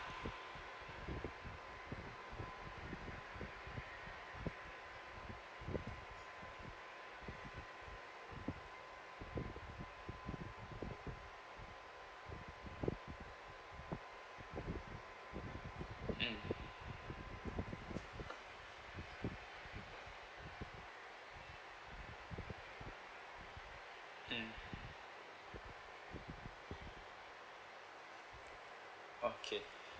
mm mm okay